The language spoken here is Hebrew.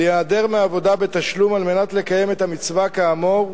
להיעדר מעבודה בתשלום כדי לקיים את המצווה כאמור,